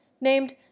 named